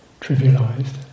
trivialized